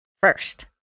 first